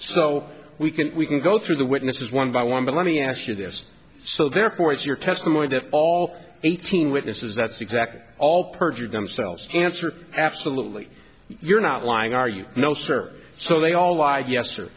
so we can we can go through the witnesses one by one but let me ask you this so therefore it's your testimony that all eighteen witnesses that's exactly all perjured themselves answer absolutely you're not lying are you know sir so they all lie yes